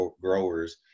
growers